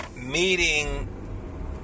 meeting